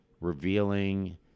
revealing